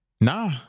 Nah